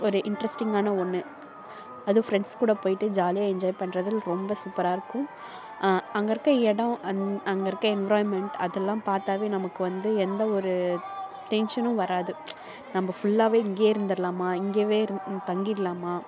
ஒரு இன்ட்ரஸ்டிங்கான ஒன்று அதுவும் ஃப்ரெண்ட்ஸுக்கூட போய்விட்டு ஜாலியாக என்ஜாய் பண்ணுறது ரொம்ப சூப்பராக இருக்கும் அங்கே இருக்க இடம் அந்த அங்கே இருக்க என்விராய்மெண்ட் அதெல்லாம் பார்த்தாவே நமக்கு வந்து எந்த ஒரு டென்ஷனும் வராது நம்ம ஃபுல்லாகவே இங்கேயே இருந்துடலாமா இங்கயே இருந்து தங்கிடலாமா